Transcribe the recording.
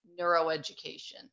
neuroeducation